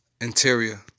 Interior